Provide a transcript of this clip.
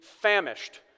famished